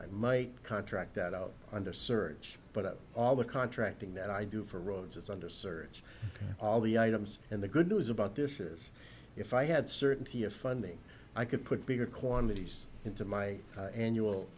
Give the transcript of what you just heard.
i might contract that out under search but all the contracting that i do for roads is under search all the items and the good news about this is if i had certainty of funding i could put bigger quantities into my annual